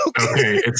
Okay